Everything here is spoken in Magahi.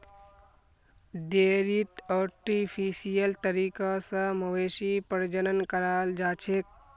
डेयरीत आर्टिफिशियल तरीका स मवेशी प्रजनन कराल जाछेक